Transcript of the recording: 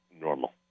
normal